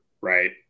Right